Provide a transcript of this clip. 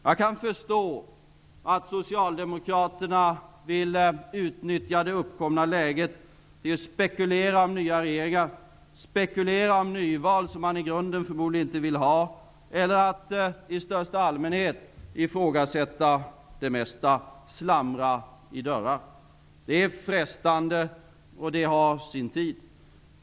Jag kan förstå att socialdemokraterna vill utnyttja det uppkomna läget genom att spekulera i nya regeringar, spekulera om nyval som man i grunden förmodligen inte vill ha eller genom att i största allmänhet ifrågasätta det mesta och slamra i dörrar. Det är frestande och det har sin tid.